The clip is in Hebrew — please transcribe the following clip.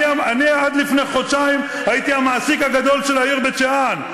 אני עד לפני חודשיים הייתי המעסיק הגדול של העיר בית-שאן.